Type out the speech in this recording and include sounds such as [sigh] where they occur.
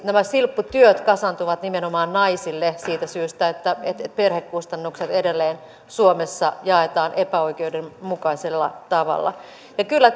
nämä silpputyöt kasaantuvat nimenomaan naisille siitä syystä että perhekustannukset edelleen suomessa jaetaan epäoikeudenmukaisella tavalla ja kyllä [unintelligible]